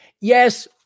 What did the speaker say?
Yes